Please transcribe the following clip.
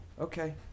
Okay